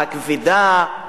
הכבדה,